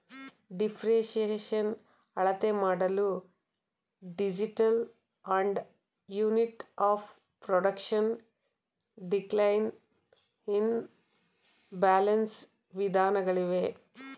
depreciation ಅಳತೆಮಾಡಲು digital and unit of production, decline in balance ವಿಧಾನಗಳಿವೆ